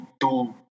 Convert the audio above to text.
two